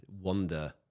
wonder